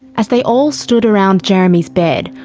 as they all stood around jeremy's bed,